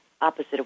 opposite